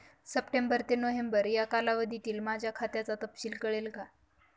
September ते November या कालावधीतील माझ्या खात्याचा तपशील कळेल का?